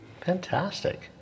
Fantastic